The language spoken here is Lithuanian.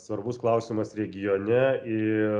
svarbus klausimas regione ir